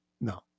No